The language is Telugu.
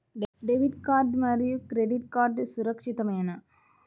డెబిట్ కార్డ్ మరియు క్రెడిట్ కార్డ్ సురక్షితమేనా?